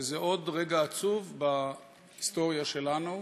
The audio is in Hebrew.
וזה עוד רגע עצוב בהיסטוריה שלנו,